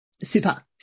super